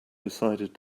decided